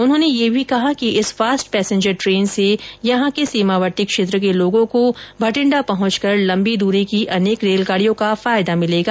उन्होंने यह भी कहा कि इस फास्ट पैसेंजर ट्रेन से भी यहां के सीमावर्ती क्षेत्र के लोगों को बठिंडा पहुंचकर लंबी दूरी की अनेक रेलगाड़ियों का फायदा मिलेगा